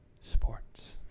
Sports